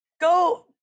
go